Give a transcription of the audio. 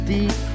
Deep